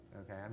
Okay